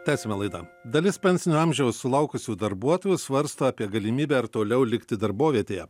tęsiame laidą dalis pensinio amžiaus sulaukusių darbuotojų svarsto apie galimybę ir toliau likti darbovietėje